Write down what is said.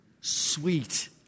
Sweet